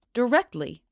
directly